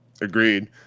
Agreed